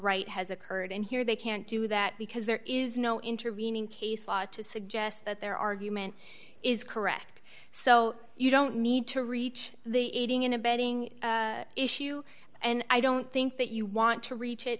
right has occurred and here they can't do that because there is no intervening case law to suggest that their argument is correct so you don't need to reach the aiding and abetting issue and i don't think that you want to reach it